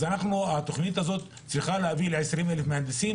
אז התוכנית הזו צריכה להביא ל-20,000 מהנדסים,